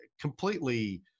completely